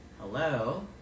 hello